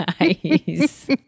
Nice